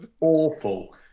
awful